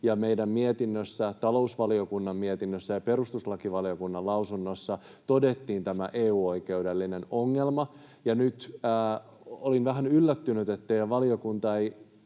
meidän mietinnössä, talousvaliokunnan lausunnossa ja perustuslakivaliokunnan lausunnossa todettiin tämä EU-oikeudellinen ongelma? Nyt olin vähän yllättynyt, että teidän valiokuntanne